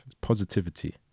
positivity